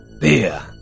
Beer